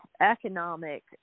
economic